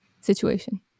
situation